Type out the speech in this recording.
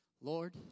Lord